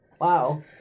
Wow